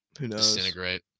disintegrate